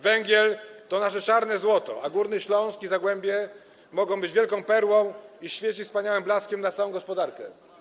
Węgiel to nasze czarne złoto, a Górny Śląsk i Zagłębie mogą być wielką perłą i świecić wspaniałym blaskiem na całą gospodarkę.